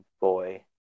boy